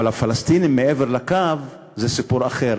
אבל הפלסטינים מעבר לקו, זה סיפור אחר.